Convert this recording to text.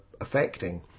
affecting